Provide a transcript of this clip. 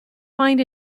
find